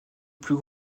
plus